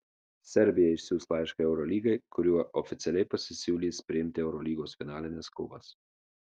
serbija išsiųs laišką eurolygai kuriuo oficialiai pasisiūlys priimti eurolygos finalines kovas